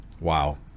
Wow